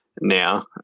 Now